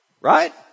Right